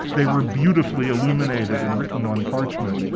they were beautifully illuminated and written on parchment.